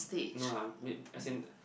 no lah may~ as in